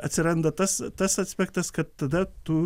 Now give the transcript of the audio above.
atsiranda tas tas aspektas kad tada tu